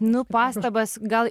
nu pastabas gal